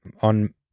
on